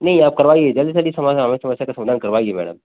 नहीं आप करवाइए जल्द से जल्द समाधान हमारी समस्या का समाधान करवाइए मैडम